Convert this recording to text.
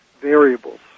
variables